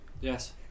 Yes